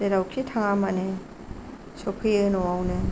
जेरावखि थाङामानो सफैयो न'आवनो